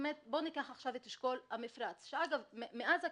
אבל מעבר ליתרון הכלכלי יש גם את יכולת הניהול ויש את היכולת